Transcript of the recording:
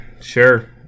sure